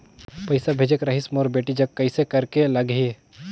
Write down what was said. पइसा भेजेक रहिस मोर बेटी जग कइसे करेके लगही?